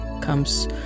comes